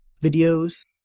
videos